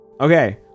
Okay